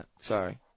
Sorry